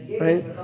Right